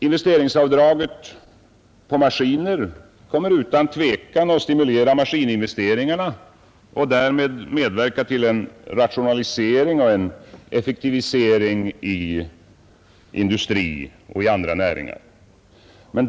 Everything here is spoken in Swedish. Investeringsavdraget på maskiner kommer utan tvivel att stimulera maskininvesteringarna och därmed bidra till en rationalisering och en effektivisering inom industri och andra näringar.